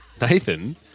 Nathan